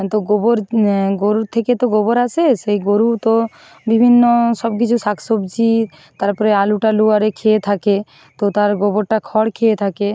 তো গোবর গরুর থেকে তো গোবর আসে সেই গরু তো বিভিন্ন সবকিছু শাক সবজি তারপরে আলু টালু আর এ খেয়ে থাকে তো তার গোবরটা খড় খেয়ে থাকে